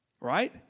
right